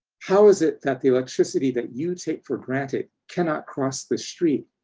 how is it that the electricity that you take for granted cannot cross the street?